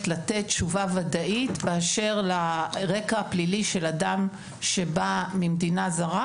לתת תשובה ודאית באשר לרקע הפלילי של אדם שבא ממדינה זרה,